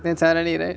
then suddenly right